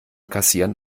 kassieren